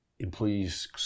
employees